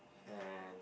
and